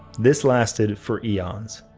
this lasted for eons.